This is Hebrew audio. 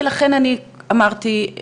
ולכן אמרתי את זה,